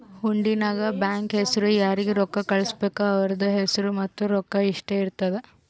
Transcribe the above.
ಹುಂಡಿ ನಾಗ್ ಬ್ಯಾಂಕ್ ಹೆಸುರ್ ಯಾರಿಗ್ ರೊಕ್ಕಾ ಕಳ್ಸುಬೇಕ್ ಅವ್ರದ್ ಹೆಸುರ್ ಮತ್ತ ರೊಕ್ಕಾ ಇಷ್ಟೇ ಇರ್ತುದ್